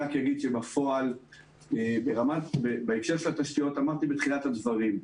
בפועל בהקשר של התשתיות אמרתי בתחילת הדברים,